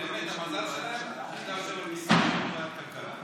באמת, המזל שלהם שאתה יושב-ראש ועדת הכלכלה.